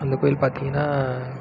அந்த கோவில் பார்த்திங்கனா